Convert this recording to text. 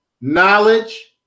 Knowledge